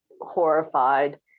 horrified